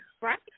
Right